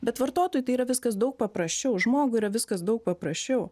bet vartotojui tai yra viskas daug paprasčiau žmogui yra viskas daug paprasčiau